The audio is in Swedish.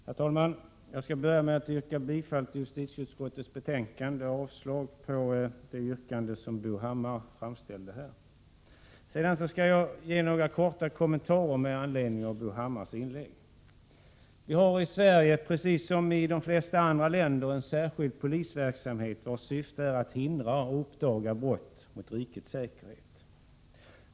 Herr talman! Jag skall börja med att yrka bifall till justitieutskottets hemställan och avslag på det yrkande som Bo Hammar framställde. Sedan skall jag ge några korta kommentarer med anledning av Bo Hammars inlägg. Vi har i Sverige, precis som i de flesta andra länder, en särskild polisverksamhet vars syfte är att hindra och uppdaga brott mot rikets säkerhet.